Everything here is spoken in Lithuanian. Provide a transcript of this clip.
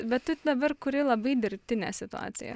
bet tu dabar kuri labai dirbtinę situaciją